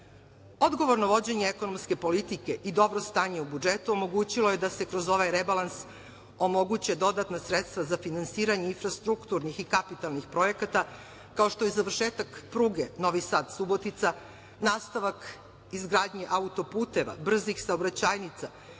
osnovama. Odgovorno vođenje ekonomske politike i dobro stanje u budžetu omogućilo je da se kroz ovaj rebalans omoguće dodatna sredstva za finansiranje infrastrukturnih i kapitalnih projekata kao što je završetak pruge Novi Sad – Subotica, nastavak izgradnje auto-puteva, brzih saobraćajnica,